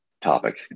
topic